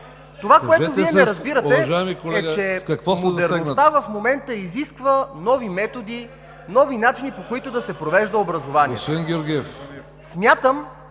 Това, което Вие не разбирате, е, че моментът изисква нови методи, нови начини, по които да се провежда образованието. (Силен